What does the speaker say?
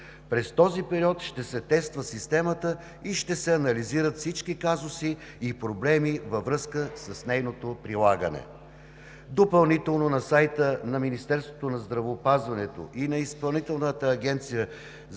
През този период ще се тества системата и ще се анализират всички казуси и проблеми във връзка с нейното прилагане. Допълнително на сайта на Министерството на здравеопазването и на Изпълнителната агенция по